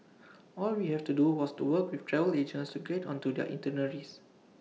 all we had to do was work with travel agents to get onto their itineraries